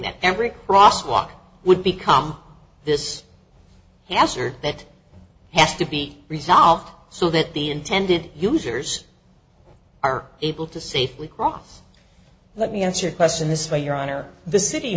that every crosswalk would become this hazard that has to be resolved so that the intended users are able to safely cross let me answer question this way your honor the city